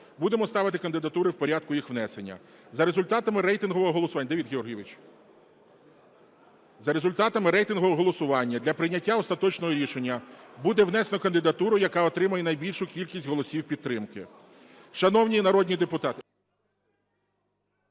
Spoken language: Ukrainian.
голосування… Давид Георгійович! За результатами рейтингового голосування для прийняття остаточного рішення буде внесено кандидатуру, яка отримає найбільшу кількість голосів підтримки.